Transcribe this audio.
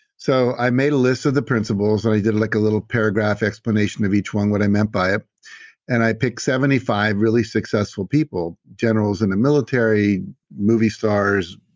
so i made a list of the principles. i did like a little paragraph explanation of each one what i meant by it and i picked seventy five really successful people, generals in the military movie stars,